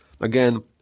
Again